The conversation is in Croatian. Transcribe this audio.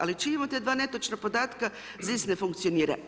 Ali čim imate dva netočna podatka, ZIS ne funkcionira.